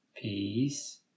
peace